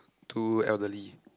two elderly